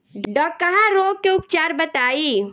डकहा रोग के उपचार बताई?